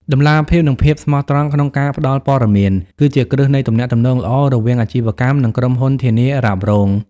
តម្លាភាព និងភាពស្មោះត្រង់ក្នុងការផ្ដល់ព័ត៌មាន គឺជាគ្រឹះនៃទំនាក់ទំនងល្អរវាងអាជីវកម្ម និងក្រុមហ៊ុនធានារ៉ាប់រង។